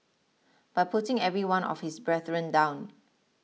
by putting every one of his brethren down